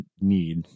need